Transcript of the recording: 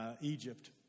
Egypt